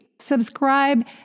subscribe